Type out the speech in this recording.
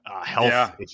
health